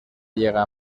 llega